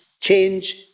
change